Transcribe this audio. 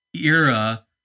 era